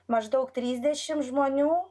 maždaug trisdešimt žmonių